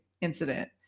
incident